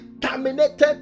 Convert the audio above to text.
terminated